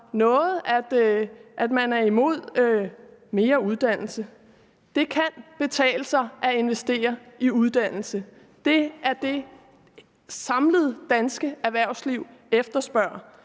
noget, at man er imod mere uddannelse. Det kan betale sig at investere i uddannelse. Det er det, som det samlede danske erhvervsliv efterspørger.